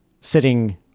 sitting